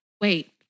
wait